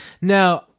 Now